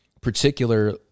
particular